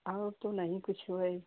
और तो नहीं कुछ हुए